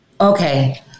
Okay